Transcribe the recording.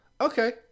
Okay